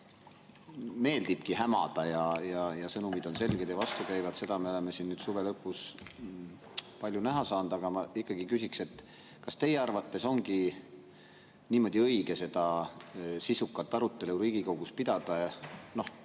meeldibki hämada ja sõnumid on selgelt vastukäivad, me oleme siin suve lõpus palju näha saanud. Aga ma ikkagi küsin, et kas teie arvates ongi õige seda sisukat arutelu Riigikogus niimoodi